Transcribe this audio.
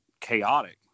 chaotic